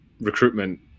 recruitment